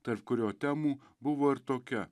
tarp kurio temų buvo ir tokia